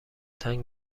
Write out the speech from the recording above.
تنگ